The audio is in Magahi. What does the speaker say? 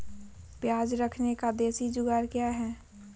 प्याज रखने का देसी जुगाड़ क्या है?